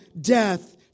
death